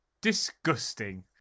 Disgusting